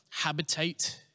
habitate